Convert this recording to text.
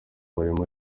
umurimo